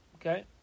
Okay